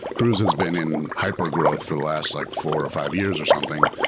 cruise has been in hyper growth for the last like four or fi ve years or something.